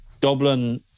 Dublin